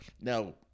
Now